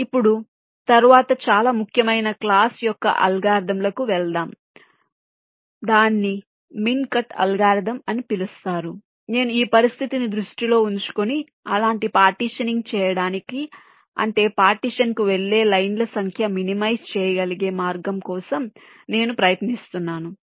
ఇప్పుడు తరువాత చాలా ముఖ్యమైన క్లాస్ యొక్క అల్గోరిథంల కి వెళ్దాం దాన్ని మిన్ కట్ అల్గోరిథం అని పిలుస్తారు నేను ఈ పరిస్థితిని దృష్టిలో ఉంచుకుని అలాంటి పార్టీషనింగ్ చేయడానికి అంటే పార్టీషన్ కు వెళ్ళే లైన్ ల సంఖ్య మినిమైజ్ చేయగలిగే మార్గం కోసం నేను ప్రయత్నిస్తున్నాను